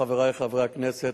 חברי חברי הכנסת,